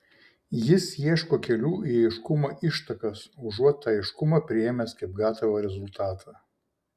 jis ieško kelių į aiškumo ištakas užuot tą aiškumą priėmęs kaip gatavą rezultatą